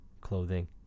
clothing